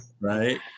Right